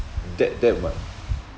that that one